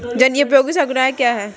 जनोपयोगी सेवाएँ क्या हैं?